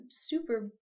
super